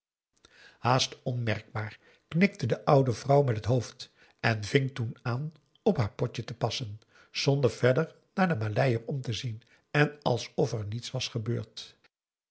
haast onmerkbaar knikte de oude vrouw met het hoofd en ving toen aan op haar potje te passen zonder verder naar den maleier om te zien en alsof er niets was gebeurd